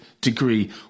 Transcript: degree